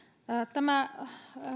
tämä